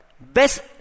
best